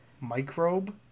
Microbe